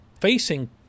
facing